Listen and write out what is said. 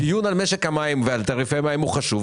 הדיון על משק המים ועל התעריפים הוא חשוב,